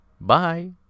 Bye